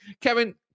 Kevin